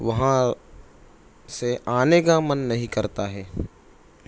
وہاں سے آنے کا من نہیں کرتا ہے